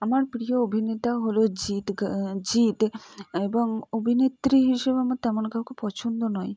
আমার প্রিয় অভিনেতা হলো জিৎ গা জিৎ এবং অভিনেত্রী হিসেবে আমার তেমন কাউকে পছন্দ নয়